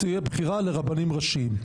תהיה בחירה לרבנים ראשיים.